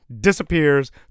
disappears